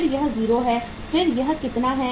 फिर यह 0 है फिर यह कितना है